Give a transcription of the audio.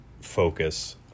focus